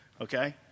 Okay